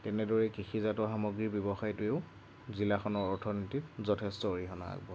তেনেদৰে কৃষিজাত সামগ্ৰীৰ ব্যৱসায়টোৱেও জিলাখনৰ অৰ্থনীতিত যথেষ্ট অৰিহণা আগবঢ়ায়